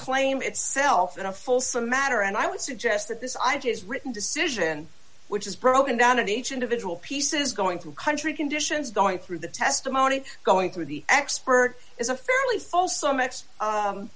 claim itself in a full some matter and i would suggest that this i just written decision which is broken down and each individual piece is going through country conditions going through the testimony going through the expert is a fairly small so much